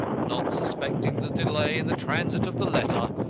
not suspecting the delay in the transit of the letter,